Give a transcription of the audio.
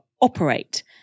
operate